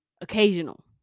occasional